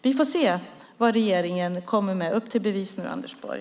Vi får se vad regeringen kommer med. Upp till bevis nu, Anders Borg!